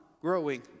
growing